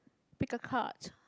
pick a card